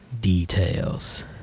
Details